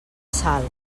salt